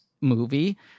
movie